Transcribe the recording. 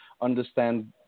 understand